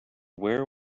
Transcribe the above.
where